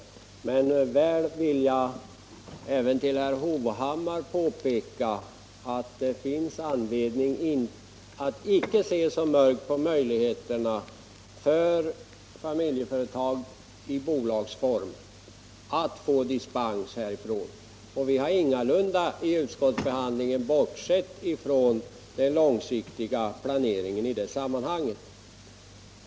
Även för herr Hovhammar vill jag emellertid påpeka att det finns anledning att icke se så mörkt på möjligheterna för familjeföretag i bolagsform att få dispens från låneförbudet. I utskottsbehandlingen har vi ingalunda bortsett från den långsiktiga planeringen i det sammanhanget.